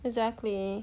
exactly